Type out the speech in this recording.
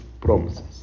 promises